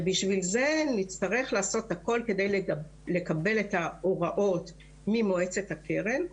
ולשם זה נצטרך לעשות הכל כדי לקבל את ההוראות ממועצת הקרן.